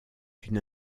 une